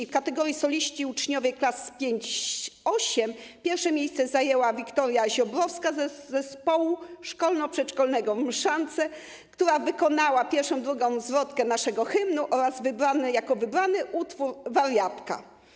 W kategorii: soliści, uczniowie klas V-VIII pierwsze miejsce zajęła Wiktoria Ziobrowska z Zespołu Szkolno-Przedszkolnego w Mszance, która wykonała pierwszą i drugą zwrotkę naszego hymnu oraz jako wybrany utwór - ˝Wariatkę˝